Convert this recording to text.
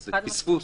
זה פספוס,